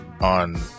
on